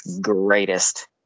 greatest